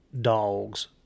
dogs